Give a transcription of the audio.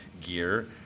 gear